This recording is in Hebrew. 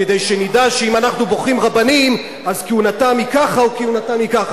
כדי שנדע שאם אנחנו בוחרים רבנים אז כהונתם היא ככה או כהונתם היא ככה.